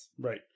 Right